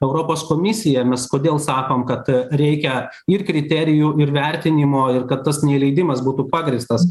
europos komisija mes kodėl sakom kad reikia ir kriterijų ir vertinimo ir kad tas neįleidimas būtų pagrįstas